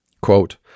Quote